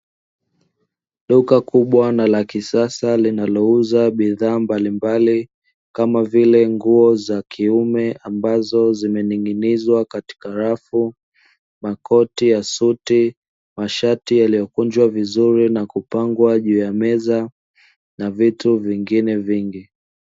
Duka kubwa na la kisasa linalouza bidhaa mbalimbali, kama vile nguo za kiume, ambazo zimening’inizwa katika rafu, makoti ya suti, mashati yaliyokunjwa vizuri na kupangwa juu ya meza, na vitu vingine vingi.